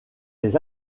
les